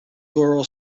girl